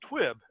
Twib